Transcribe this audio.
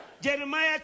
Jeremiah